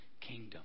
kingdom